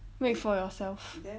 make for yourself